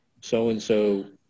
so-and-so